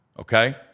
okay